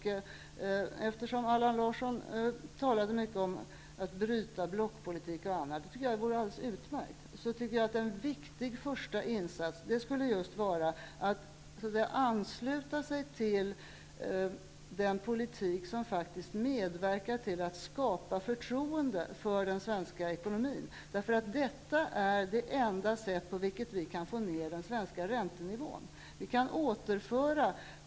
Eftersom Allan Larsson talade mycket om att bryta blockpolitik -- jag tycker att det vore alldeles utmärkt -- skulle en viktig första insats vara att ansluta sig till den politik som medverkar till att skapa förtroende för den svenska ekonomin. Detta är det enda sätt på vilket vi kan få ner den svenska räntenivån.